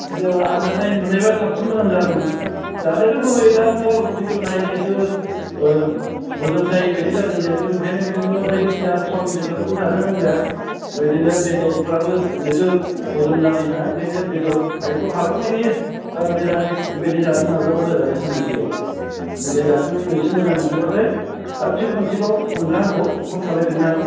आनजाद नायनो मोन्नायबा साबसिन मोजां जागौमोन जानायाथ' गुबै दा नोङो उदै दुनाय जिहेतु ओह हजम जायै बायदि जादों जिहेतु ओंखायनो बे नोङो बायदिसिना थावनि बेसादफोरखौ जानो नांला बेदिनो बेदरफ्राबो जिहेतु हजम जानाय नङा ओंखायनो बेदर हायैखौ हागौमानि मिरामिस बेबायदि जानो नाजाबानो जाबाय बे सान्नैसोयाव मुलि जाखांनानै इसे मोजां मोनोबाथाय आरो फिन खनसेबाव नोंथाङा आंखौ फन खालायफिन्नो हागोन